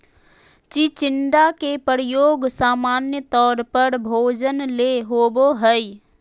चिचिण्डा के प्रयोग सामान्य तौर पर भोजन ले होबो हइ